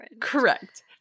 Correct